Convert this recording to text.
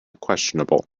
questionable